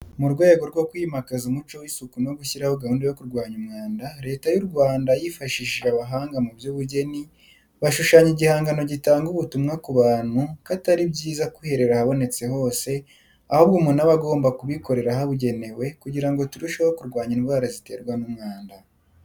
Mu rwego rwo kwimakaza umuco w'isuku no gushyiraho gahunda yo kurwanya umwanda, Leta y'u Rwanda yifashishije abahanga mu by'ubugeni bashushanya igihangano gitanga ubutumwa ku bantu ko atari byiza kwiherera ahabonetse hose ahubwo umuntu aba agomba kubikorera ahabugenewe kugira ngo turesheho kurwanya indwara ziterwa n'umwanda.